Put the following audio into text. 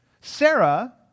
Sarah